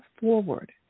forward